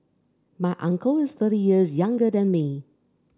my uncle is thirty years younger than me